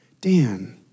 Dan